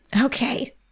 Okay